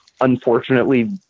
unfortunately